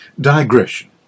Digression